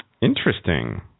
Interesting